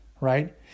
right